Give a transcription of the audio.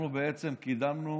אנחנו קידמנו